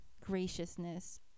graciousness